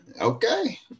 Okay